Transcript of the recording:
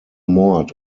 mord